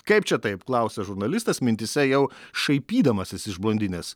kaip čia taip klausia žurnalistas mintyse jau šaipydamasis iš blondinės